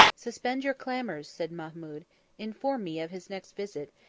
suspend your clamors, said mahmud inform me of his next visit,